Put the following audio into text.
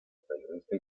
periodista